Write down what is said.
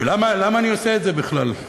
למה אני עושה את זה בכלל?